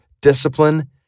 discipline